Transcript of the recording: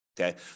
okay